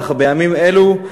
אך בימים אלו,